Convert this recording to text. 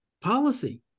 policy